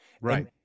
Right